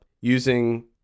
using